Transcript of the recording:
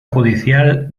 judicial